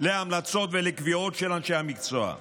להמלצות ולקביעות של אנשי המקצוע.